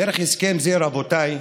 דרך הסכם זה, רבותיי,